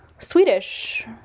Swedish